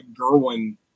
Gerwin